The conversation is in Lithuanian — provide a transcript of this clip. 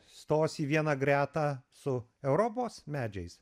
stos į vieną gretą su europos medžiais